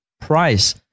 price